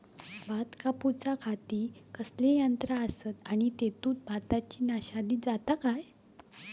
भात कापूच्या खाती कसले यांत्रा आसत आणि तेतुत भाताची नाशादी जाता काय?